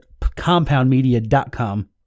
compoundmedia.com